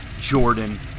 Jordan